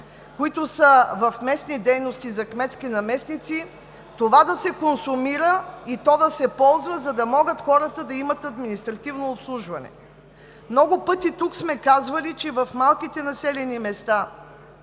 които са в местни дейности за кметски наместници, да се консумират, и то да се ползват, за да могат хората да имат административно обслужване. Много пъти сме казвали, че в малките населени места